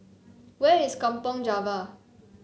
where is Kampong Java